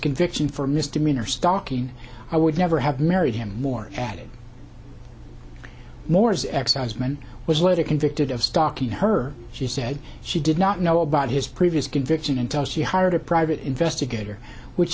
conviction for misdemeanor stalking i would never have married him more added moore's excisemen was later convicted of stalking her she said she did not know about his previous conviction until she hired a private investigator which